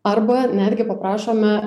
arba netgi paprašome